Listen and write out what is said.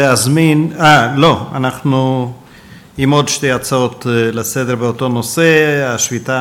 אנחנו עם עוד שתי הצעות לסדר-היום באותו נושא: השביתה